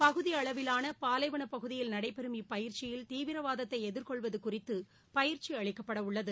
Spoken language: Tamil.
பகுதி அளவிவான பாலைவனப் பகுதியில் நடைபெறும் இப்பயிற்சியில் தீவிரவாதத்தை எதிர்கொள்வது குறித்து பயிற்சி அளிக்கப்படவுள்ளது